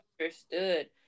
understood